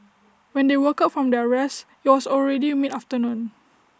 when they woke up from their rest IT was already mid afternoon